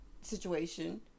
situation